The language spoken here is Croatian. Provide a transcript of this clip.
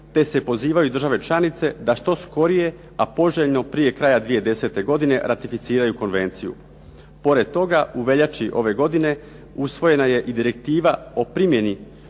te se pozivaju države članice da što skorije, a poželjno prije kraja 2010. godine ratificiraju konvenciju. Pored toga u veljači ove godine usvojena je i Direktiva o primjeni